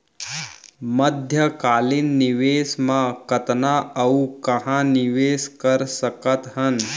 मध्यकालीन निवेश म कतना अऊ कहाँ निवेश कर सकत हन?